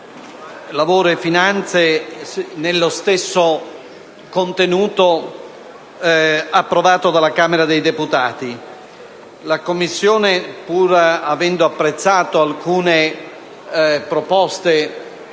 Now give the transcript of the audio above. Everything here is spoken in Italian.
lavoro e finanze nello stesso contenuto approvato dalla Camera dei deputati. La Commissione, pur avendo apprezzato alcune proposte